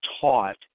taught